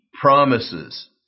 promises